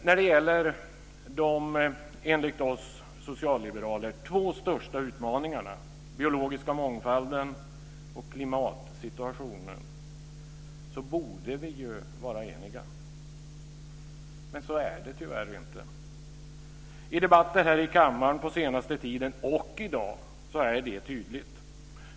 När det gäller de, enligt oss socialliberaler, två största utmaningarna, den biologiska mångfalden och klimatsituationen borde vi ju vara eniga, men så är det tyvärr inte. I debatten här i kammaren på senaste tiden och i dag är det tydligt.